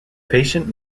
patient